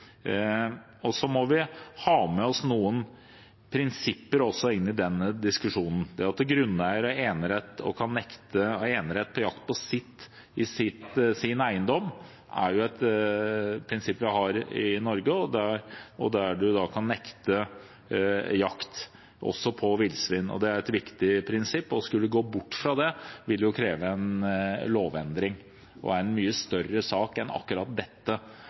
må vi ha med oss noen prinsipper inn i denne diskusjonen. At en grunneier har enerett til jakt på sin eiendom, er et prinsipp vi har i Norge, og grunneiere kan nekte jakt, også på villsvin. Det er et viktig prinsipp. Å gå bort fra det ville kreve en lovendring og er en mye større sak enn akkurat dette